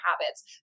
habits